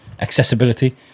accessibility